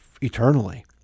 eternally